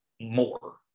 more